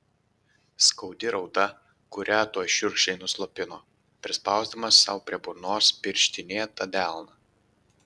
skaudi rauda kurią tuoj šiurkščiai nuslopino prispausdamas sau prie burnos pirštinėtą delną